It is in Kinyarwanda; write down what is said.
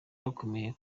bakomeje